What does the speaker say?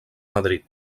madrid